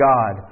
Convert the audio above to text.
God